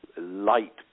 light